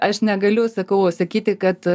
aš negaliu sakau sakyti kad